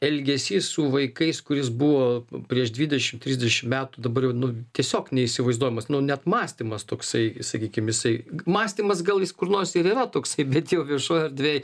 elgesys su vaikais kuris buvo prieš dvidešim trisdešim metų dabar jau nu tiesiog neįsivaizduojmas net mąstymas toksai sakykim jisai mąstymas gal jis kur nors ir yra toksai bet jau viešojoj erdvėj